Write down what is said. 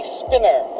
spinner